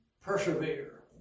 Persevere